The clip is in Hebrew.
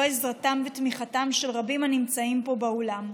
עזרתם ותמיכתם של רבים הנמצאים פה באולם.